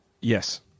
Yes